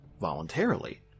voluntarily